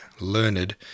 learned